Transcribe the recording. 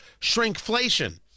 shrinkflation